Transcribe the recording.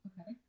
okay